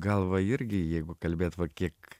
galva irgi jeigu kalbėt va kiek